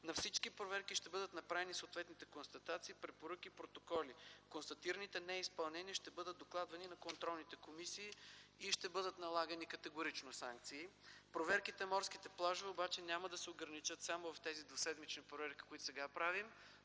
От всички проверки ще бъдат направени съответните констатации, препоръки, протоколи. Констатираните неизпълнения ще бъдат докладвани на контролните комисии и категорично ще бъдат налагани санкции. Проверките по морските плажове обаче няма да се ограничат само в тези двуседмични проверки, които сега правим.